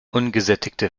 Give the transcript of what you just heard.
ungesättigte